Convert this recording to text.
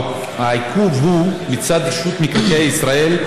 העיכוב הוא מצד רשות מקרקעי ישראל,